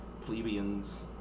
plebeians